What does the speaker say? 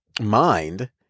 mind